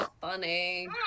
Funny